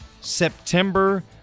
September